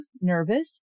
nervous